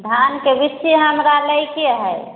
धानके बिज्जी हमरा लैके हय